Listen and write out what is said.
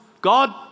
God